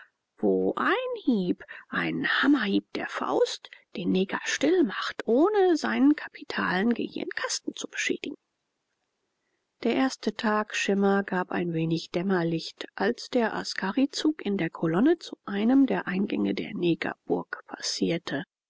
wo ein hieb ein hammerhieb der faust den neger still macht ohne seinen kapitalen gehirnkasten zu beschädigen der erste tagschimmer gab ein wenig dämmerlicht als der askarizug in der kolonne zu einem den eingang der negerburg passierte